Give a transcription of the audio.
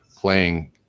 playing